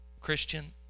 Christian